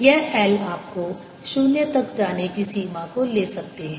MdVMal a and l are very smallMdS Ma M Ml यह l आप 0 तक जाने की सीमा को ले सकते हैं